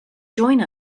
join